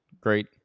Great